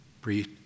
Breathe